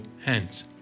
hands